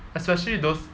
especially those